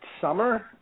Summer